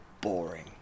boring